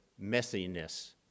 messiness